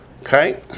Okay